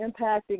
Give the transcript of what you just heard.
impacting